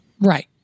Right